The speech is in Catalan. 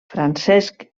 francesc